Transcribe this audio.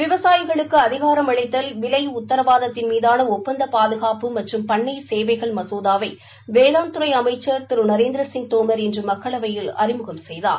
விவசாயிகளுக்கு அதிகாரம் அளித்தல் விலை உத்தரவாதத்தின் மீதான ஒப்பந்த பாதுகாப்பு மற்றம் பண்ணை சேவைகள் மசோதாவை வேளான்துறை அமைச்சன் திரு நரேந்திரசிய் தோமர் இன்று மக்களவையில் அறிமுகம் செய்தார்